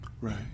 Right